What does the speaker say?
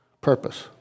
purpose